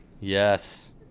yes